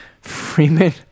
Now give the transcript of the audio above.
Freeman